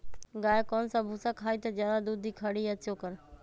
गाय कौन सा भूसा खाई त ज्यादा दूध दी खरी या चोकर?